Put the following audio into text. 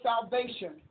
salvation